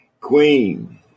Queen